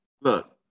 look